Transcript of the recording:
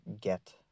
get